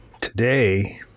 today